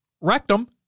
Rectum